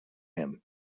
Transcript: him